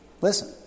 listen